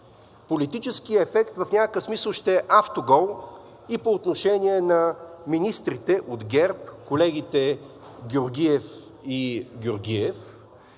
някакъв смисъл ще е автогол и по отношение на министрите от ГЕРБ – колегите Георгиев и Георгиев,